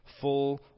full